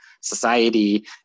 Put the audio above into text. society